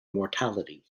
mortality